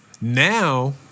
Now